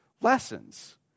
lessons